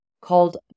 called